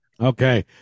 Okay